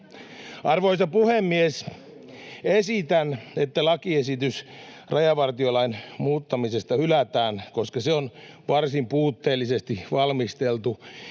Arvoisa puhemies! Esitän, että lakiesitys valmiuslain muuttamisesta hylätään, koska sekin on puutteellisesti valmisteltu